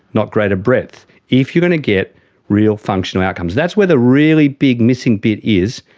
not greater breadth if you're going to get real functional outcomes. that's where the really big missing bit is,